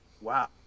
Wow